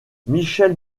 michèle